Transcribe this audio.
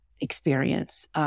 experience